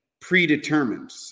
predetermined